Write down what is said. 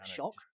shock